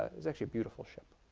it was actually a beautiful ship.